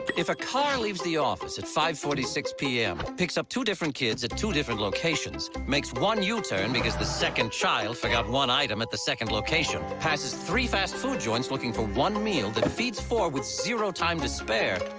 if a car leaves the office. at five forty six pm. picks up two different kids at two different locations. makes one u-turn because the second child forgot one item at the second location. passes three fast food joints looking for one meal. that feeds four with zero time to spare.